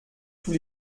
tous